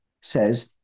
says